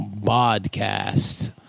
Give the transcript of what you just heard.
podcast